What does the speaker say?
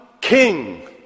king